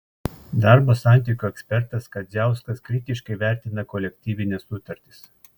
darbo santykių ekspertas kadziauskas kritiškai vertina kolektyvines sutartis